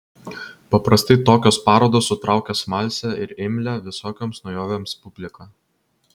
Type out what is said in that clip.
paprastai tokios parodos sutraukia smalsią ir imlią visokioms naujovėms publiką